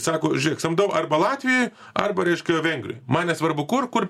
sako žiūrėk samdau arba latvijoj arba reiškia vengrijoj man nesvarbu kur kur